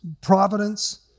providence